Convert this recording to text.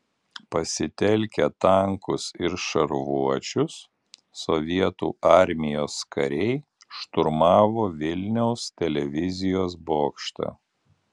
pasitelkę tankus ir šarvuočius sovietų armijos kariai šturmavo vilniaus televizijos bokštą